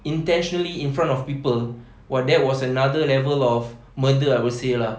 intentionally in front of people !wah! that was another level of murder I would say lah